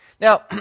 Now